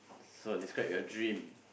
so describe your dream